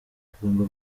tugomba